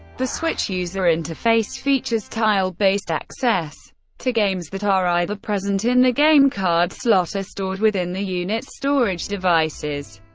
the switch's user interface features tile-based access to games that are either present in the game card slot or stored within the unit's storage devices.